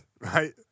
right